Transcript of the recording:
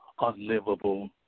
unlivable